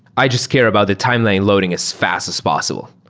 i just care about the time they're loading as fast as possible,